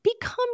become